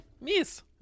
Miss